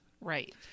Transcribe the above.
Right